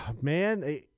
man